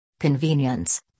convenience